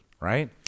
right